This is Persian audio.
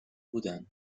بودن